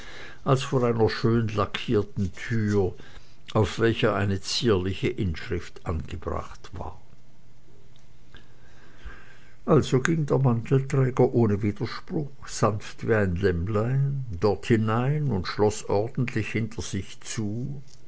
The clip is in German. als vor einer schön lackierten türe auf welcher eine zierliche inschrift angebracht war also ging der mantelträger ohne widerspruch sanft wie ein lämmlein dort hinein und schloß ordentlich hinter sich zu